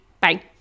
bye